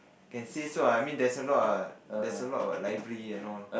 can say so ah I mean there's a lot ah there's a lot what library and all